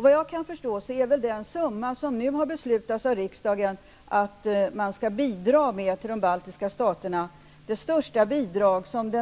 Vad jag kan förstå är väl den summa som riksdagen nu har beslutat att bidra med till de baltiska staterna det största bidrag som